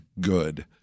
good